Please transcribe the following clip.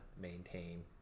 maintain